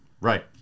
Right